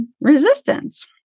resistance